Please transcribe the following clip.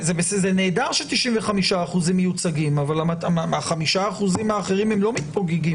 זה נהדר ש-95 אחוזים מיוצגים אבל חמשת האחוזים האחרים לא מתפוגגים.